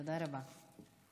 תודה רבה.